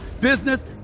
business